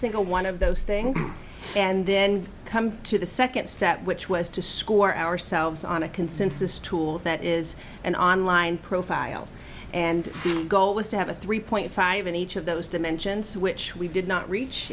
single one of those things and then come to the second step which was to score ourselves on a consensus tool that is an online profile and the goal was to have a three point five in each of those dimensions which we did not reach